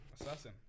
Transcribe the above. assassin